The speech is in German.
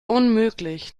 unmöglich